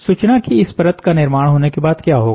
सूचना कि इस परत का निर्माण होने के बाद क्या होगा